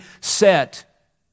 set